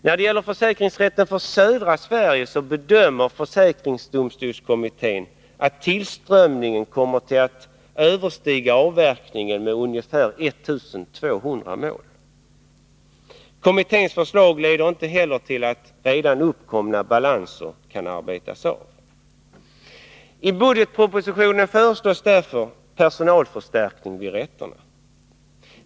För försäkringsrätten i södra Sverige bedömer försäkringsdomstolskommittén att tillströmningen kommer att överstiga avverkningen med ungefär 1 200 mål. Kommitténs förslag leder inte heller till att redan uppkomna balanser kan arbetas av. I budgetpropositionen föreslås därför en personalförstärkning vid rätterna.